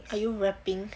are you rapping